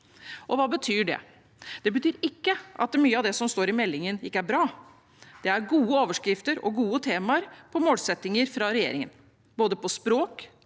Hva betyr det? Det betyr ikke at mye av det som står i meldingen, ikke er bra. Det er gode overskrifter og gode temaer om målsettinger fra regjeringen for både språk,